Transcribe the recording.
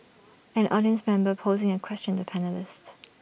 an audience member posing A question to panellists